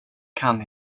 kan